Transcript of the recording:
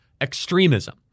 extremism